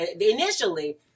initially